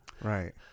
Right